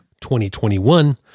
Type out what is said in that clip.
2021